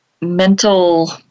mental